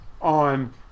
on